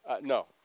No